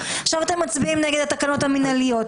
עכשיו אתם מצביעים נגד התקנות המינהליות.